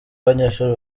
abanyeshuri